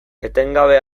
etengabe